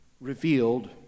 revealed